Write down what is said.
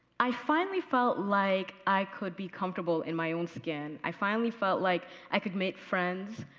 i finally felt like i could be comfortable in my own skin. i finally felt like i could make friends,